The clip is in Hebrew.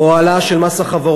או העלאה של מס החברות,